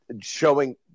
Showing